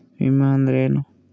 ವಿಮೆ ಅಂದ್ರೆ ಏನ?